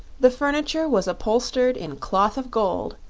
the furniture was upholstered in cloth of gold,